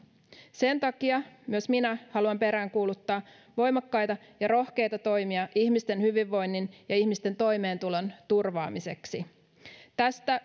sen takia myös minä haluan peräänkuuluttaa voimakkaita ja rohkeita toimia ihmisten hyvinvoinnin ja ihmisten toimeentulon turvaamiseksi tästä